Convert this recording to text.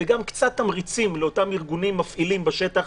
וגם קצת תמריצים לאותם ארגונים מפעילים בשטח,